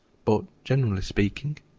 but generally speaking,